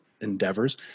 endeavors